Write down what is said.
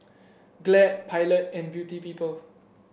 Glad Pilot and Beauty People